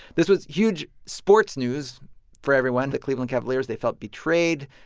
this was huge sports news for everyone. the cleveland cavaliers they felt betrayed.